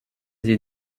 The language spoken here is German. sie